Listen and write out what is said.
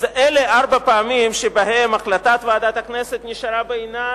אלה ארבע פעמים שבהן החלטת ועדת הכנסת נשארה בעינה,